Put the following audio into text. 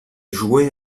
jouait